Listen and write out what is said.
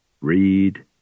read